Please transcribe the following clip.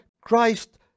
Christ